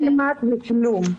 כמעט כלום.